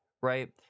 right